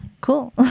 cool